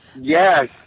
yes